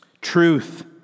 Truth